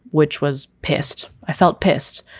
which was pissed. i felt pissed.